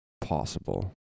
possible